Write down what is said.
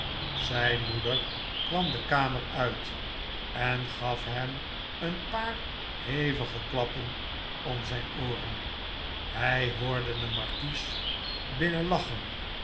zijn moeder kwam de kamer uit en gaf hem een paar hevige happen om zijn ooren hij hoorde den markies binnen lachen